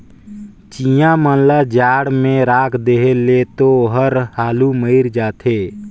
चिंया मन ल जाड़ में राख देहे ले तो ओहर हालु मइर जाथे